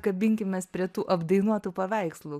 kabinkimės prie tų apdainuotų paveikslų